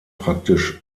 praktisch